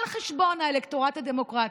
על חשבון האלקטורט הדמוקרטי,